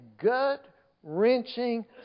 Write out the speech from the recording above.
gut-wrenching